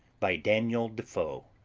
by daniel defoe